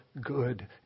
good